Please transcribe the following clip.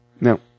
No